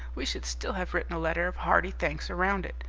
we should still have written a letter of hearty thanks around it.